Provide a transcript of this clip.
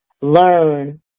learn